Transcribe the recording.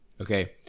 okay